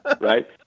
Right